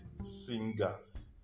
singers